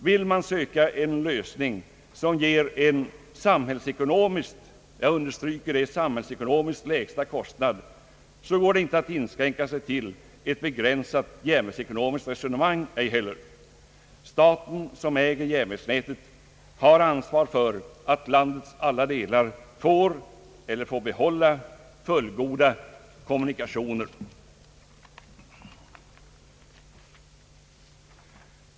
Vill man söka en lösning som ger samhällsekonomiskt lägsta kostnad, går det inte att inskränka sig till ett begränsat järnvägsekonomiskt resonemang heller. Staten som äger järnvägsnätet har ansvar för att landets alla delar får eller får behålla fullgoda kommunikationer.